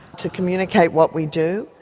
to communicate what we do.